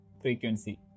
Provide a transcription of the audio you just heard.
frequency